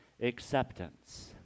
acceptance